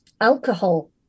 alcohol